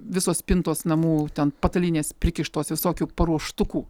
visos spintos namų ten patalynės prikištos visokių paruoštukų